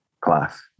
class